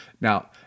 Now